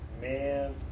Man